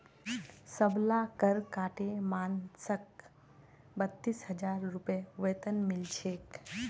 सबला कर काटे मानसक बत्तीस हजार रूपए वेतन मिल छेक